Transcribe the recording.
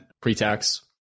pre-tax